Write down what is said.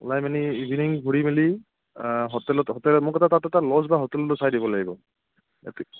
ওলাই মানি ইভিনিং ঘূৰি মেলি হোটেলত হোটেল মোক এটা তাত এটা ল'জ বা হোটেলটো চাই দিব লাগিব